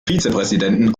vizepräsidenten